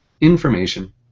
information